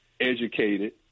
educated